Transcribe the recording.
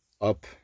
up